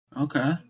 Okay